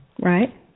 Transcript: right